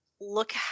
look